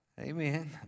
Amen